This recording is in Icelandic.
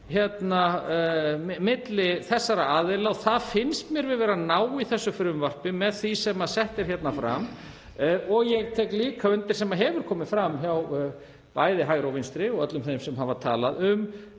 á milli þessara aðila og mér finnst við vera að ná því í þessu frumvarpi, með því sem sett er hérna fram. Ég tek líka undir það sem hefur komið fram hjá bæði hægri og vinstri og öllum þeim sem hafa talað um